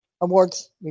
awards